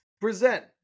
present